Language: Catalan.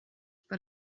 per